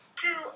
two